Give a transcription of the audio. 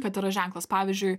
kad yra ženklas pavyzdžiui